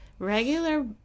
Regular